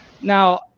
Now